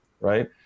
right